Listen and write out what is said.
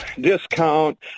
discount